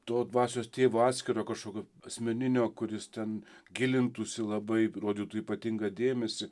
to dvasios tėvo atskiro kažkokio asmeninio kuris ten gilintųsi labai rodytų ypatingą dėmesį